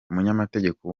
umunyamategeko